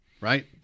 right